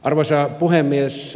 arvoisa puhemies